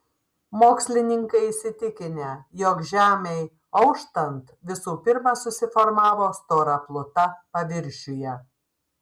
mokslininkai įsitikinę jog žemei auštant visų pirma susiformavo stora pluta paviršiuje